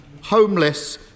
homeless